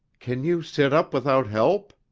can you sit up without help?